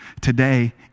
today